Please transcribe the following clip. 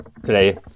today